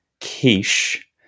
Quiche